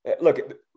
look